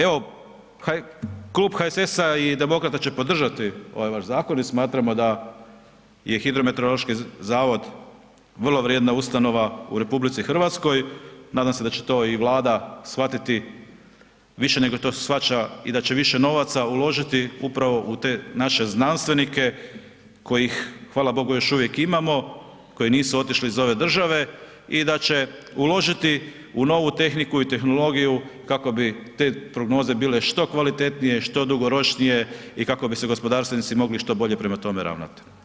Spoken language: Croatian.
Evo, Klub HSS-a i demokrata će podržati ovaj vaš zakon i smatramo da je hidrometeorološki zavod vrlo vrijedna ustanova u RH, nadam se da će to i Vlada shvatiti više nego to shvaća i da će više novaca uložiti upravo u te naše znanstvenike kojih, hvala Bogu, još uvijek imamo koji nisu otišli iz ove države i da će uložiti u novu tehniku i tehnologiju kako bi te prognoze bile što kvalitetnije, što dugoročnije i kako bi se gospodarstvenici mogli što bolje prema tome ravnati.